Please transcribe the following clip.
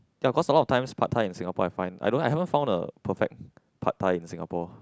ya because a lot of times pad-thai in Singapore I find I don't I haven't found the perfect pad-thai in Singapore